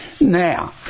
now